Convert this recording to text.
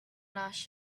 nash